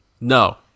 No